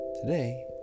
Today